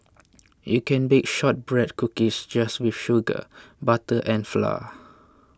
you can bake Shortbread Cookies just with sugar butter and flour